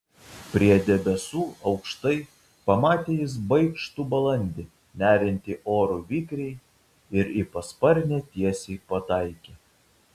prie debesų aukštai pamatė jis baikštų balandį neriantį oru vikriai ir į pasparnę tiesiai pataikė